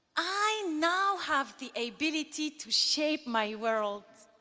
i now have the ability to shape my world,